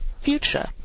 future